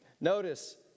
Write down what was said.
Notice